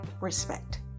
respect